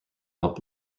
helped